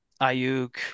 Ayuk